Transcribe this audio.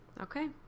Okay